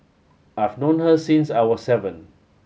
I've known her since I was seven